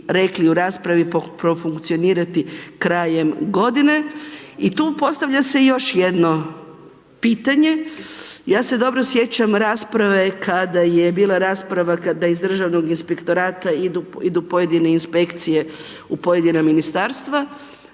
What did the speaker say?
rekli u raspravi, profunkcionirati krajem godine i tu postavlja se još jedno pitanje. Ja se dobro sjećam rasprave kada je bila rasprava kada iz Državnog inspektorata idu pojedine inspekcije u pojedina ministarstva.